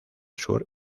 sur